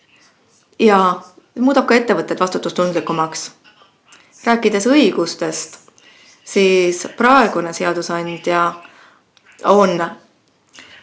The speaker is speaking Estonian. see muudab ka ettevõtted vastutustundlikumaks. Rääkides õigustest, praegune seadusandja on